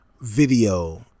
video